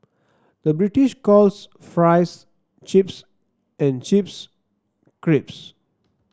the British calls fries chips and chips creeps